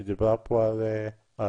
היא דיברה פה על עלויות.